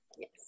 Yes